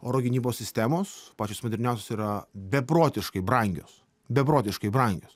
oro gynybos sistemos pačios modernios yra beprotiškai brangios beprotiškai brangios